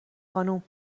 خانم